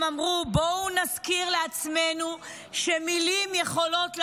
הם אמרו: בואו נזכיר לעצמנו שמילים יכולות להרוג,